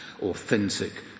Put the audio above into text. Authentic